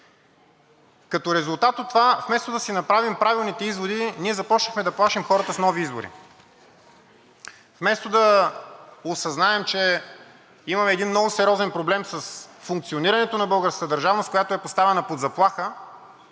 Като резултат от това, вместо да си направим правилните изводи, ние започнахме да плашим хората с нови избори. Вместо да осъзнаем, че имаме един много сериозен проблем с функционирането на българската държавност, която е поставена под заплаха,